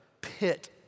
pit